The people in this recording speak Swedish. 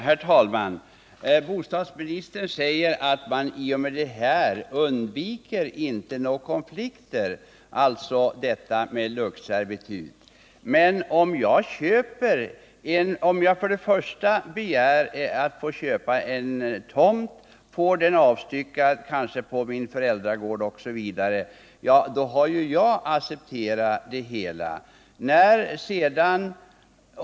Herr talman! Bostadsministern säger att man med luktservitut inte undviker några konflikter. Men om jag begär att få köpa en tomt och kanske får den avstyckad på min föräldragård har jag ju accepterat de rådande förhållandena.